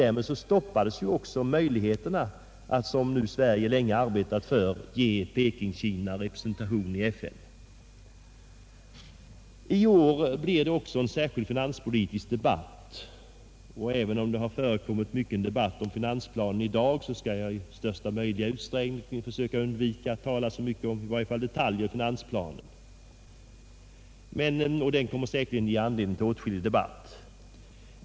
Därmed stoppades också möjligheten att — som Sverige länge arbetat för — ge Pekingkina representation i FN. I år blir det ju en särskild finanspolitisk debatt, och även om det har sagts mycket om finansplanen i dag skall jag i största möjliga utsträckning försöka undvika att tala om i varje fall detaljer därvidlag. Finansplanen kommer säkerligen senare att ge anledning till åtskillig debatt.